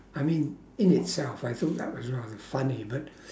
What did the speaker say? I mean in itself I thought that was rather funny but